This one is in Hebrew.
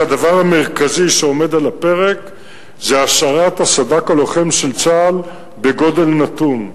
הדבר המרכזי שעומד על הפרק זה השארת הסד"כ הלוחם של צה"ל בגודל נתון.